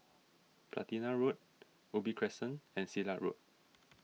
Platina Road Ubi Crescent and Silat Road